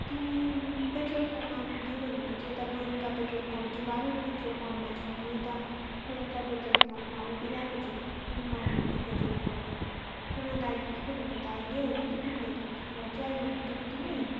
तिमी petrol pump आइपुगेँ भनेको चाहिँ यता गोइङ्का पेट्रोल पम्प कि भारत पेट्रोल पम्मपमा छौ म यता गोइङ्का पेट्रोल पम्पमा उभिरहेको छु गुम्बा मुनिको पेट्रोल पम्पमा सोनादा आइपुग्यो भनेको त अहिले होइन त तिमीले त अन्तखेरि अझै आइ नपुगेको तिमी